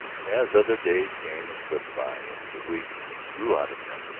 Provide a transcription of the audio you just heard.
as other days came and slipped by and the weeks grew out of them,